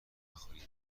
نخوری